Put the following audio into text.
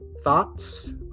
thoughts